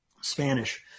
Spanish